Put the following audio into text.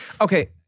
Okay